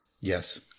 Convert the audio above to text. Yes